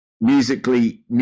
musically